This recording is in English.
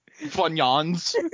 Funyuns